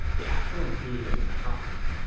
the actual inclusion isn't that complicated.